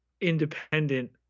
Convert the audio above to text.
independent